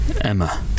Emma